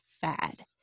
fad